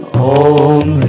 om